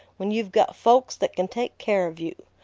when you've got folks that can take care of you.